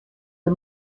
the